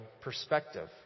perspective